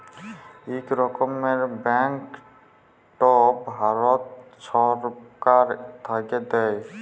ইক রকমের ব্যাংকট ভারত ছরকার থ্যাইকে দেয়